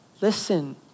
Listen